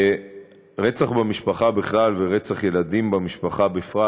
רצח במשפחה בכלל ורצח ילדים במשפחה בפרט